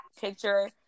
picture